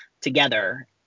together